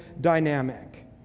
dynamic